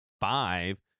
five